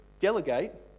delegate